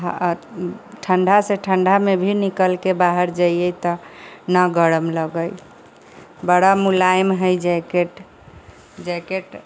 ठण्डासँ ठण्डामे भी निकलके बाहर जइए तऽ नहि गरम लगै बड़ा मोलाइम हइ जैकेट जैकेट